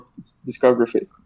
discography